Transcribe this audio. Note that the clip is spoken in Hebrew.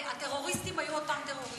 והטרוריסטים היו אותם טרוריסטים.